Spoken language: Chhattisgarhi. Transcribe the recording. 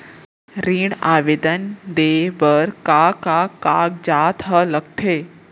ऋण आवेदन दे बर का का कागजात ह लगथे?